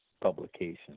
publication